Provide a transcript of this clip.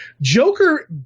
Joker